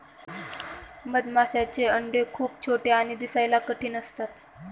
मधमाशांचे अंडे खूप छोटे आणि दिसायला कठीण असतात